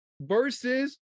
versus